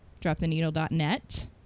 droptheneedle.net